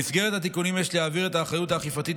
במסגרת התיקונים יש להעביר את האחריות האכיפתית